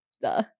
Duh